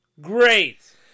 Great